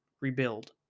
rebuild